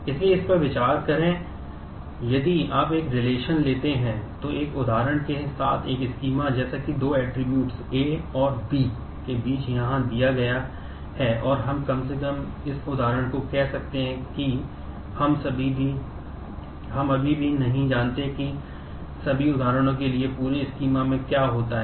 इसलिए इस पर विचार करें यदि आप एक रिलेशन के मूल्य का क्या होता है